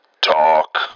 talk